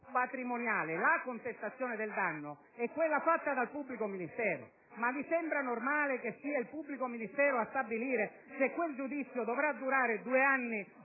la contestazione del danno è quella fatta dal pubblico ministero. Vi sembra normale che sia il pubblico ministero a stabilire se quel giudizio dovrà durare due o